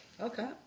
Okay